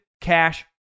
Cash